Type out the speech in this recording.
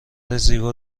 زیبا